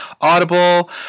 Audible